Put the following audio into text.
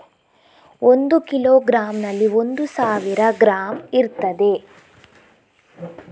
ಒಂದು ಕಿಲೋಗ್ರಾಂನಲ್ಲಿ ಒಂದು ಸಾವಿರ ಗ್ರಾಂ ಇರ್ತದೆ